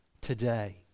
Today